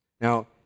now